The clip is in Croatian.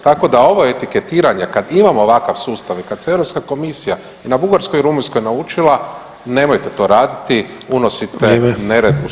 Tako da ovo etiketiranje kad imamo ovakav sustav i kad se Europska komisija i na Bugarskoj i Rumunjskoj naučila, nemojte to raditi, unosite nered u sustav.